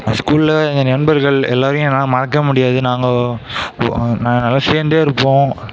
ஸ்கூலில் இருந்த நண்பர்கள் எல்லோரையும் என்னால் மறக்கவே முடியாது நாங்கள் நாங்கெல்லாம் சேர்ந்தே இருப்போம்